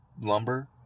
lumber